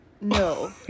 No